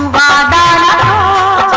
ah da da